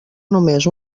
només